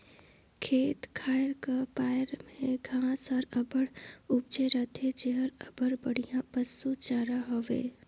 खेत खाएर का पाएर में घांस हर अब्बड़ उपजे रहथे जेहर अब्बड़ बड़िहा पसु चारा हवे